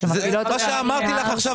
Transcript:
מה שאמרתי לך עכשיו